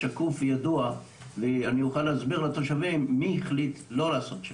שקוף וידוע ואני אוכל להסביר לתושבים מי החליט לא לעשות שם.